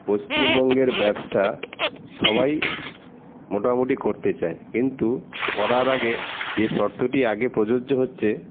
পশ্চিমবঙ্গের ব্যবসা সবাই মোটামুটি করতে চায় কিন্তু করার আগে যে শর্তটি আগে প্রযোজ্য হচ্ছে